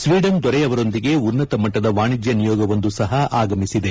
Sweden ದೊರೆಯವರೊಂದಿಗೆ ಉನ್ನತ ಮಟ್ಲದ ವಾಣಿಜ್ಞ ನಿಯೋಗವೊಂದು ಸಹ ಆಗಮಿಸಿದೆ